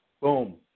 Boom